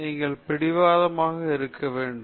நீங்கள் பிடிவாதமாக இருக்க வேண்டும்